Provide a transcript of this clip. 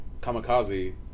Kamikaze